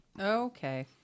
Okay